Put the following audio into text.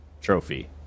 trophy